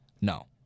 No